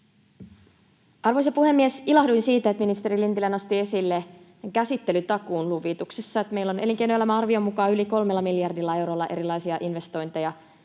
Arvoisa puhemies! Ilahduin siitä, että ministeri Lintilä nosti esille käsittelytakuun luvituksessa. Meillä on elinkeinoelämän arvion mukaan yli 3 miljardilla eurolla erilaisia investointeja